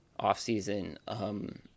offseason